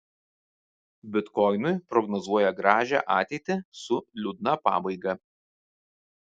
bitkoinui prognozuoja gražią ateitį su liūdna pabaiga